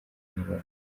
inyarwanda